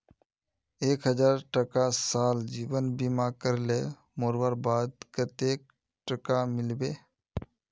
एक हजार टका साल जीवन बीमा करले मोरवार बाद कतेक टका मिलबे?